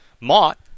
Mott